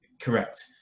Correct